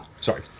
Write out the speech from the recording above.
Sorry